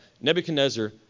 Nebuchadnezzar